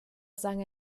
sang